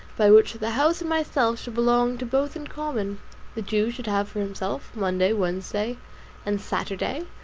by which the house and myself should belong to both in common the jew should have for himself monday, wednesday, and saturday,